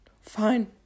fine